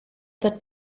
that